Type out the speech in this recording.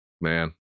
Man